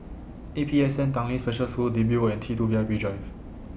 A P S N Tanglin Special School Digby Road and T two V I P Drive